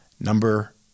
Number